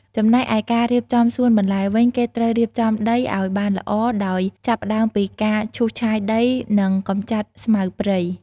ចំណែកឯការរៀបចំសួនបន្លែវិញ គេត្រូវរៀបចំដីឱ្យបានល្អដោយចាប់ផ្តើមពីការឈូសឆាយដី និងកម្ចាត់ស្មៅព្រៃ។